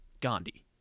Gandhi